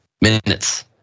minutes